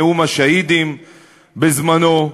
"נאום השהידים" בזמנו.